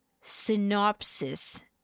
synopsis